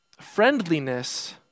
Friendliness